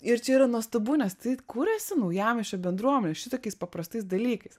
ir čia yra nuostabu nes taip kuriasi naujamiesčio bendruomenė šitokiais paprastais dalykais